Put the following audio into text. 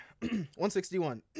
161